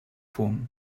fum